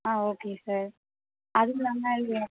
ஆ okay sir அதுக்கு நாங்கள்